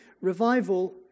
Revival